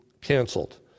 canceled